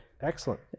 Excellent